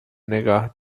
نگاه